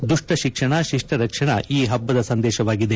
ದುಷ್ನ ಶಿಕ್ಷಣ ಶಿಷ್ಟ ರಕ್ಷಣ ಈ ಹಬ್ಬದ ಸಂದೇಶವಾಗಿದೆ